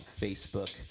Facebook